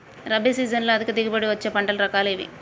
రబీ సీజన్లో అధిక దిగుబడి వచ్చే పంటల రకాలు ఏవి?